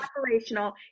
operational